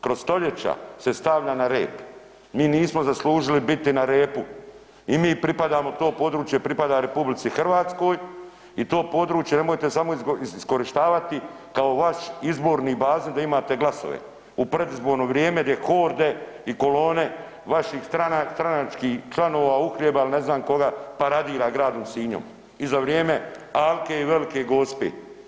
Kroz stoljeća se stavlja na rep, mi nismo zaslužili biti na repu i mi pripadamo to područje pripada RH i to područje nemojte samo iskorištavati kao vaš izbornu bazu da imate glasove u predizborno vrijeme gdje horde i kolone vaših stranačkih članova uhljeba ili ne znam koga paradira Gradom Sinjom i za vrijeme Alke i Velike Gospe.